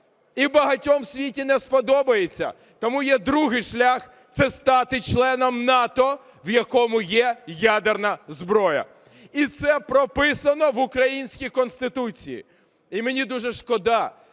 і багатьом в світі не сподобається. Тому є другий шлях – це стати членом НАТО, в якому є ядерна зброя. І це прописано в українській Конституції. І мені дуже шкода,